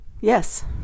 Yes